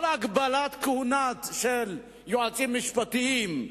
כל הגבלת כהונה של יועצים משפטיים,